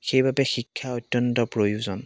সেইবাবে শিক্ষা অত্যন্ত প্ৰয়োজন